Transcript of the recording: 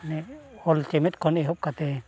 ᱚᱞ ᱪᱮᱢᱮᱫ ᱠᱷᱚᱱ ᱮᱦᱚᱵ ᱠᱟᱛᱮᱫ